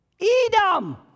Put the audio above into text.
Edom